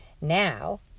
Now